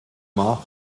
mort